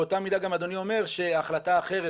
באותה מידה גם אדוני אומר שהחלטה אחרת,